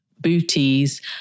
booties